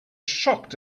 shocked